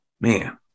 man